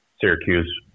Syracuse